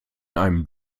einem